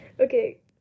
okay